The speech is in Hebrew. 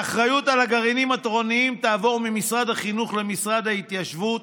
האחריות על הגרעינים התורניים תעבור ממשרד החינוך למשרד ההתיישבות,